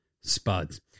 spuds